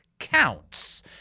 counts